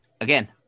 Again